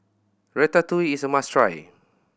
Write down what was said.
Ratatouille is a must try